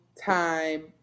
time